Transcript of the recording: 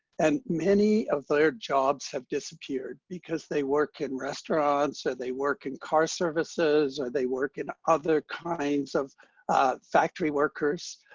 and many of their jobs have disappeared because they work in restaurants or they work in car services or they work in other kinds of factory workers.